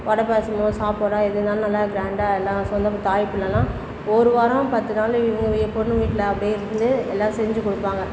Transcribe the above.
வடை பாயாசமோ சாப்பாடோ எதுனாலும் நல்லா க்ராண்டாக எல்லாம் சொந்தபந்தம் தாய்பிள்ளைலாம் ஒரு வாரம் பத்து நாள் இவங்க வீ பொண்ணு வீட்டில அப்படே இருந்து எல்லாம் செஞ்சிக்கொடுப்பாங்க